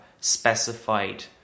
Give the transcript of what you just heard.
specified